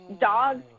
dogs